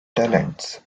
talents